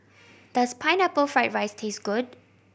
does Pineapple Fried rice taste good